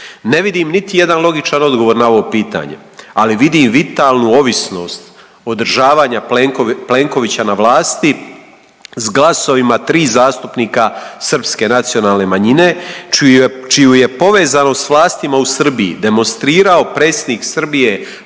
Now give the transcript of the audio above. Ne vidim niti jedan logičan odgovor na ovo pitanje, ali vidim vitalnu ovisnost održavanja Plenkovića na vlasti s glasovima 3 zastupnika srpske nacionalne manjine čiju je povezanost s vlastima u Srbiji demonstrirao predsjednik Srbije